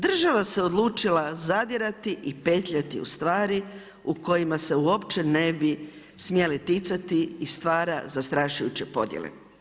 Država se odlučila zadirati i petljati u stvari u kojima se uopće ne bi, smjele ticati i stvara zastrašujuće podjele.